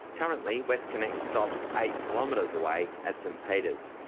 currently, westconnex stops eight kilometres away at st peters.